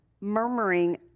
murmuring